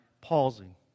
pausing